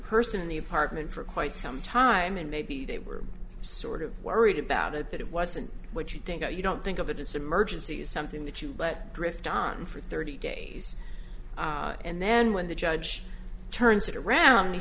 person in the apartment for quite some time and maybe they were sort of worried about it but it wasn't what you think you don't think of it it's an emergency it's something that you but drift on for thirty days and then when the judge turns it around